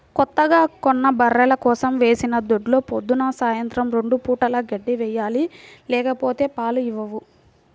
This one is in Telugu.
కొత్తగా కొన్న బర్రెల కోసం వేసిన దొడ్లో పొద్దున్న, సాయంత్రం రెండు పూటలా గడ్డి వేయాలి లేకపోతే పాలు ఇవ్వవు